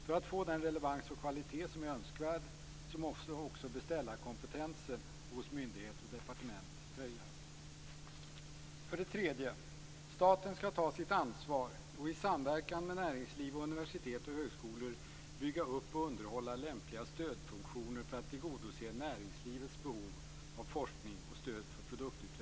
För att få den relevans och kvalitet som är önskvärd måste också beställarkompetensen hos myndigheter och departement höjas. För det tredje: Staten skall ta sitt ansvar och i samverkan med näringliv, universitet och högskolor bygga upp och underhålla lämpliga stödfunktioner för att tillgodose näringslivets behov av forskning och stöd för produktutveckling.